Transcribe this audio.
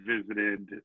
visited